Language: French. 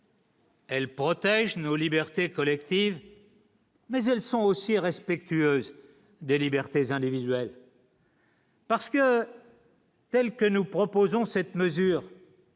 Elle protège nos libertés collectives. Mais elles sont aussi respectueuses des libertés individuelles. Parce que. Telle que nous proposons cette mesure.